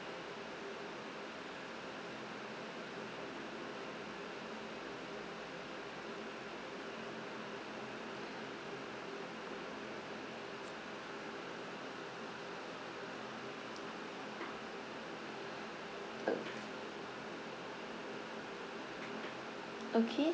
okay